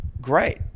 great